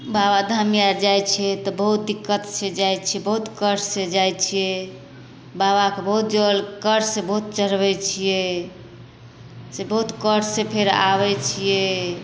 बाबाधाम आओर जे जाइ छिए बहुत दिक्कतसँ जाइ छिए बहुत कष्टसँ जाइ छिए बाबाके बहुत जल कष्टसँ बहुत चढ़बै छिए से बहुत कष्टसँ फेर आबै छिए